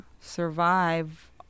survive